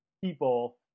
people